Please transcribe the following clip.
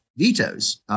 Vetoes